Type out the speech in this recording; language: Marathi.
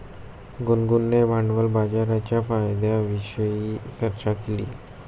गुनगुनने भांडवल बाजाराच्या फायद्यांविषयी चर्चा केली